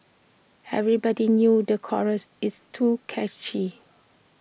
everybody knew the chorus it's too catchy